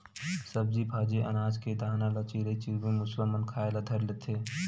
सब्जी भाजी, अनाज के दाना ल चिरई चिरगुन, मुसवा मन खाए ल धर लेथे